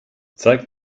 zeig